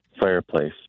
fireplace